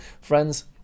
Friends